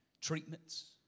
treatments